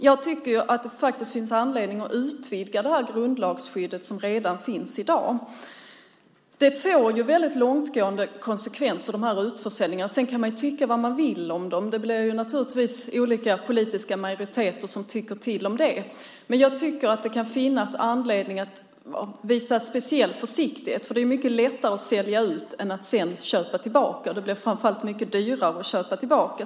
Jag tycker att det finns anledning att utvidga det grundlagsskydd som redan finns i dag. De här utförsäljningarna får väldigt långtgående konsekvenser. Man kan tycka vad man vill om dem. Det blir olika politiska majoriteter som tycker till om det. Men det kan finnas anledning att visa speciell försiktighet, för det är mycket lättare att sälja ut än att sedan köpa tillbaka. Det blir framför allt mycket dyrare att köpa tillbaka.